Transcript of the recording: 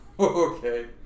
okay